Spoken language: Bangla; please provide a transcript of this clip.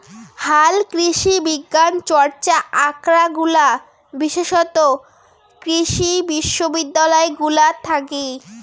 হালকৃষিবিজ্ঞান চর্চা আখরাগুলা বিশেষতঃ কৃষি বিশ্ববিদ্যালয় গুলাত থাকি